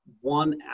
one